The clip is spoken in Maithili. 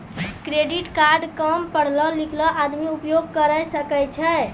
क्रेडिट कार्ड काम पढलो लिखलो आदमी उपयोग करे सकय छै?